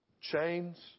chains